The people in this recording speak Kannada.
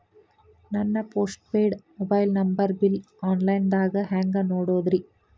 ನನ್ನ postpaid mobile number bill, online ದಾಗ ಹ್ಯಾಂಗ್ ನೋಡೋದ್ರಿ?